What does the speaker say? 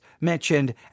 mentioned